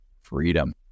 freedom